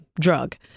drug